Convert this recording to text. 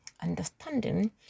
understanding